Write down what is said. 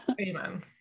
amen